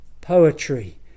poetry